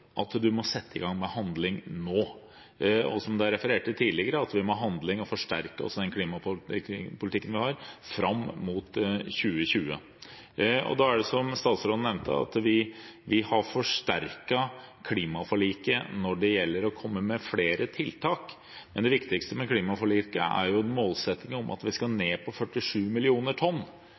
må sette i gang med handling nå. Og som det er referert til tidligere, må vi ha handling og også forsterke den klimapolitikken vi har, fram mot 2020. Vi har, som statsråden nevnte, forsterket klimaforliket når det gjelder å komme med flere tiltak, men det viktigste med klimaforliket er jo en målsetting om at vi skal ned på 47 mill. tonn